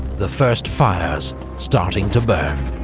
the first fires starting to burn.